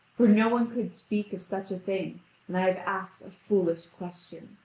for no one could speak of such a thing and i have asked a foolish question.